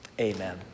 Amen